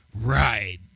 Right